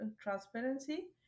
transparency